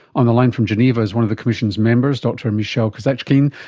on the line from geneva is one of the commission's members, dr michel kazatchkine,